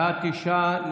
בעד, תשעה.